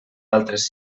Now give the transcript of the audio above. altres